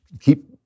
keep